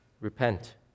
repent